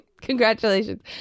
Congratulations